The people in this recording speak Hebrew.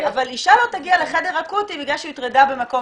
אבל אישה לא תגיע לחדר אקוטי בגלל שהיא הוטרדה במקום